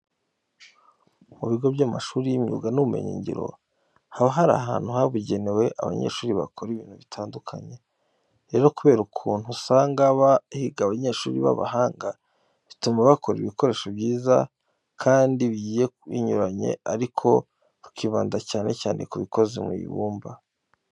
Mu bigo by'amashuri y'imyuga n'ubumenyingiro haba hari ahantu habugenewe abanyeshuri bakorera ibintu bitandukanye. Rero kubera ukuntu usanga haba higa abanyeshuri b'abahanga, bituma bakora ibikoresho byiza kandi bigiye binyuranye ariko bakibanda cyane cyane ku bikoze mu ibumba.